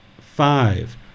Five